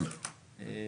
אם